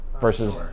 versus